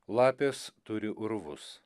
lapės turi urvus